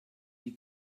die